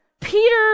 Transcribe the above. Peter